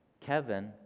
Kevin